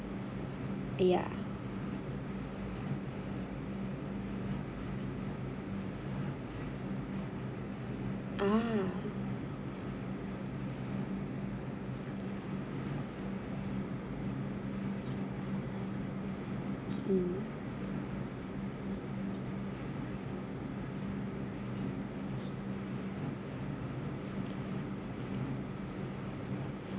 ya ah mm